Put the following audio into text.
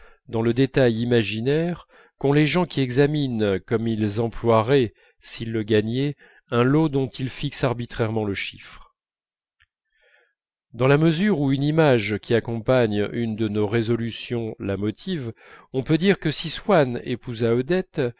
dans le détail imaginaire qu'ont les gens qui examinent comment ils emploieraient s'ils gagnaient un lot dont ils fixent arbitrairement le chiffre dans la mesure où une image qui accompagne une de nos résolutions la motive on peut dire que si swann épousa odette